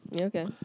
okay